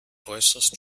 äußerst